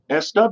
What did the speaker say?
SW